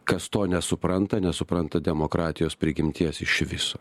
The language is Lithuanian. kas to nesupranta nesupranta demokratijos prigimties išviso